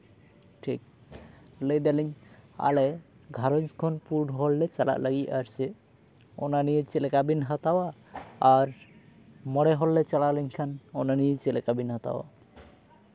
ᱴᱷᱤᱠ ᱞᱟᱹᱭ ᱫᱟᱹᱞᱤᱧ ᱟᱞᱮ ᱜᱷᱟᱨᱚᱸᱡᱽ ᱠᱷᱚᱱ ᱯᱩᱱ ᱦᱚᱲᱞᱮ ᱪᱟᱞᱟᱜ ᱞᱟᱹᱜᱤᱫ ᱟᱨᱪᱮᱫ ᱚᱱᱟ ᱱᱤᱭᱮ ᱪᱮᱫ ᱵᱮᱱ ᱦᱟᱛᱟᱣᱟ ᱟᱨ ᱢᱚᱬᱮ ᱦᱚᱲᱞᱮ ᱪᱟᱞᱟᱣ ᱞᱮᱱᱠᱷᱟᱱ ᱚᱱᱟ ᱱᱤᱭᱮ ᱪᱮᱫᱠᱟ ᱵᱤᱱ ᱦᱟᱛᱟᱣᱟ